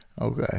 okay